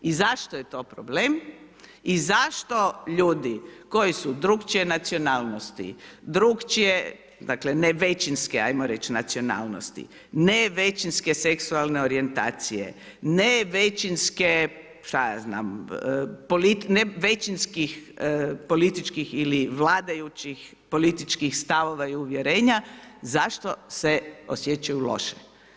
I zašto je to problem i zašto ljudi koji su drukčije nacionalnosti, drukčije, dakle, ne većinske, ajmo reć nacionalnosti, ne većinske seksualne orijentacije, ne većinske, šta ja znam, većinskih političkih ili vladajućih političkih stavova i uvjerenja, zašto se osjećaju loše?